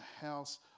house